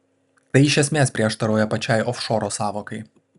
tai iš esmės prieštarauja pačiai ofšoro sąvokai